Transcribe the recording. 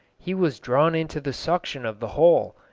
he was drawn into the suction of the hole,